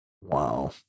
wow